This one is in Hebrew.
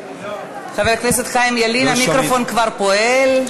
חבר הכנסת חיים ילין, המיקרופון כבר פועל.